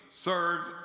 serves